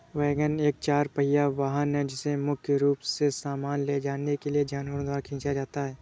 wagon एक चार पहिया वाहन है जिसे मुख्य रूप से सामान ले जाने के लिए जानवरों द्वारा खींचा जाता है